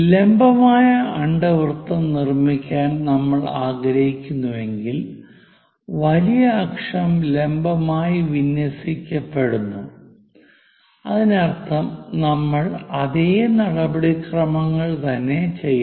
ലംബമായ അണ്ഡവൃത്തം നിർമ്മിക്കാൻ നമ്മൾ ആഗ്രഹിക്കുന്നുവെങ്കിൽ വലിയ അക്ഷം ലംബമായി വിന്യസിക്കപ്പെടുന്നു അതിനർത്ഥം നമ്മൾ അതേ നടപടിക്രമങ്ങൾ തന്നെ ചെയ്യണം